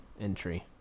entry